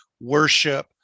worship